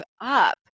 up